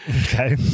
Okay